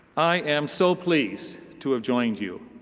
i am so pleased to have joined you.